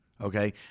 okay